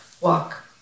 walk